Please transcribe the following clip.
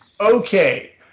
okay